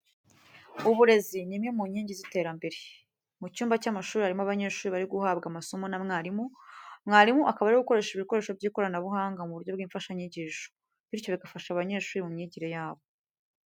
Uburezi ni imwe mu nkingi y'iterambere. Mu cyumba cy'amashuri harimo abanyeshuri bari guhabwa amasomo na mwalimu, mwalimu akaba ari gukoresha ibikoresho by'ikoranabuhanga mu buryo bw'imfashanyigisho, bityo bigafasha abanyeshuri mu myigire yabo.